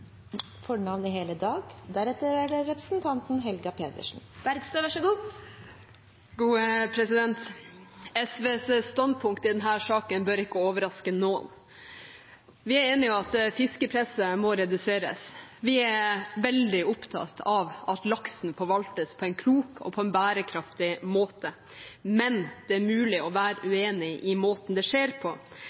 i at fiskepresset må reduseres. Vi er veldig opptatt av at laksen forvaltes på en klok og bærekraftig måte, men det er mulig å være uenig i måten det skjer på. Det er mulig å være uenig i bildet som tegnes opp, og det er mulig å være uenig i